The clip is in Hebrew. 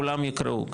כולם יקראו,